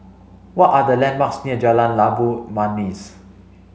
what are the landmarks near Jalan Labu Manis